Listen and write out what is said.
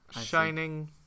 Shining